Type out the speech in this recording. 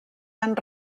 han